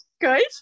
good